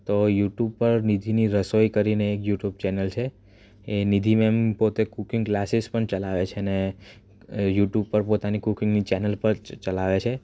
તો યુટ્યુબ પર નિધિની રસોઈ કરીને એક યુટ્યુબ ચેનલ છે એ નિધિ મેમ પોતે કૂકિંગ ક્લાસીસ પણ ચલાવે છે ને એ યુટ્યુબ પર પોતાની કૂકિંગની ચેનલ પણ ચલાવે છે